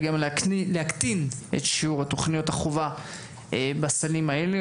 וגם להקטין את שיעור תוכניות החובה בסלים האלו,